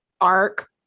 arc